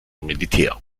militär